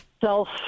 self